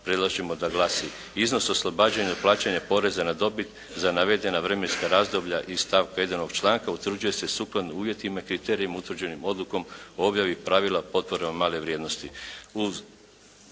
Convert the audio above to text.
predlažemo da glasi: «Iznos oslobađanja od plaćanja poreza na dobit za navedena vremenska razdoblja iz stavka 1. ovog članka utvrđuje se sukladno uvjetima i kriterijima utvrđenim odlukom o objavi pravila potporama male vrijednosti.»